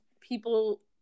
people –